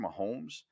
Mahomes –